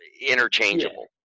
interchangeable